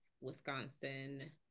Wisconsin